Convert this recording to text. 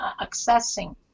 accessing